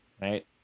right